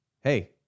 hey